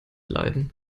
leiden